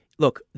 Look